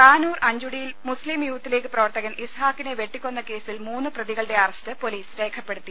താനൂർ അഞ്ചുടിയിൽ Muslim youth league പ്രവർത്തകൻ ഇസ്ഹാഖിനെ വെട്ടിക്കൊന്ന കേസിൽ മൂന്ന് പ്രതികളുടെ അറസ്റ്റ് പൊലീസ് രേഖപ്പെടുത്തി